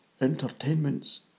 entertainments